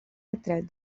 detrás